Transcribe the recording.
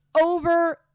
Over